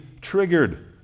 triggered